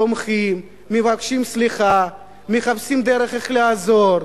תומכים, מבקשים סליחה, מחפשים דרך איך לעזור.